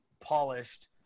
polished